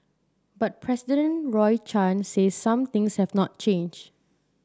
but President Roy Chan says some things have not changed